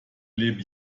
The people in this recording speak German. lebe